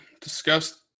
discussed